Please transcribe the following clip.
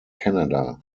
canada